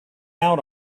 out